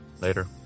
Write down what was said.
Later